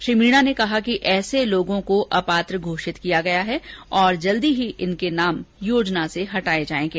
श्री मीण ने कहा कि ऐसे लोगों को अपात्र घोषित किया गया है और जल्द ही इनके नाम योजना से हटाए जाएंगे